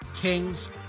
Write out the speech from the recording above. Kings